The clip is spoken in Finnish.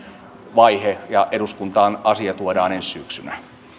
vaihe ja eduskuntaan asia tuodaan ensi syksynä